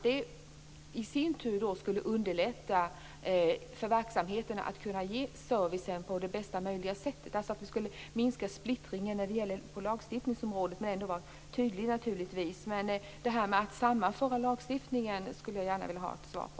Det i sin tur skulle underlätta för verksamheten, att kunna ge service på bästa möjliga sätt, dvs. att vi skulle minska splittringen på lagstiftningsområdet men ändå naturligtvis vara tydlig. Men jag skulle gärna vilja ha ett svar på detta med att sammanföra lagstiftningen.